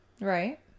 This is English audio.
Right